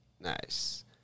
Nice